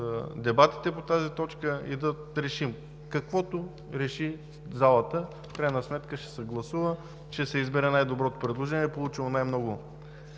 дебатите по тази точка и да решим – каквото реши залата, в крайна сметка ще се гласува, ще се избере най-доброто предложение, получило най-много